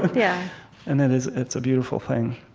yeah and that is, it's a beautiful thing